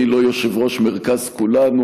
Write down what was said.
אני לא יושב-ראש מרכז כולנו,